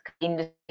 industry